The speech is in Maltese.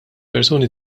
persuni